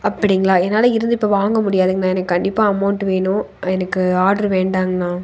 அப்படிங்களா என்னால் இருந்து இப்போ வாங்க முடியாதுங்ண்ணா எனக்கு கண்டிப்பாக அமௌண்ட்டு வேணும் எனக்கு ஆர்டர் வேண்டாங்கண்ணா